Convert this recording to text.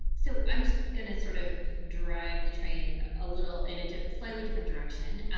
so i'm going to sort of drive the train a little in a slightly different direction.